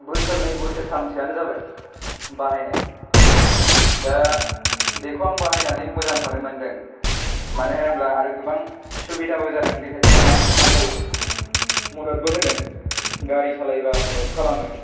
बोसोरनै बोसोरथामसोयानो जाबाय बाहायनाया दा बेखौ आं बाहायनानै मोजांखौनो मोन्दों मोनो होनोब्ला आरो गोबां सुबिदाबो जादों बे हेदफना आंखौ मददबो होदों गारि सालायबा मदद खालामो